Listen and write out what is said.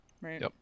right